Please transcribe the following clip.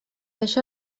això